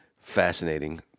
fascinating